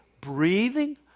breathing